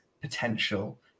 potential